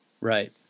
Right